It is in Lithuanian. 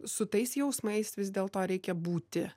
su tais jausmais vis dėl to reikia būti